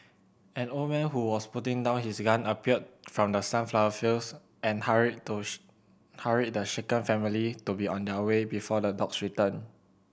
an old man who was putting down his gun appeared from the sunflower fields and hurried hurried the shaken family to be on their way before the dogs return